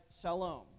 shalom